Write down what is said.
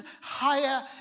higher